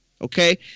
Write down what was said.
Okay